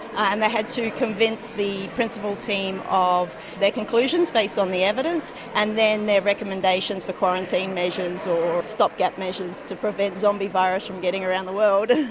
and they had to convince the principal team of their conclusions based on the evidence, and then their recommendations for quarantine measures or stop-gap measures to prevent zombie virus from getting around the world.